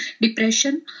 Depression